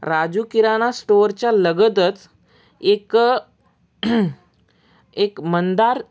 राजू किराणा स्टोअरच्या लगतच एक एक मंदार